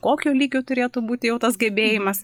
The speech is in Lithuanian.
kokio lygio turėtų būti jau tas gebėjimas